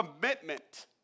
Commitment